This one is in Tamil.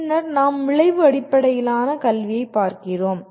பின்னர் நாம் விளைவு அடிப்படையிலான கல்வியைப் பார்க்கிறோம்